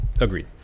Agreed